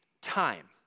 time